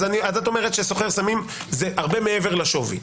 אז את אומרת שסוחר סמים זה הרבה מעבר לשווי,